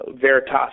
Veritas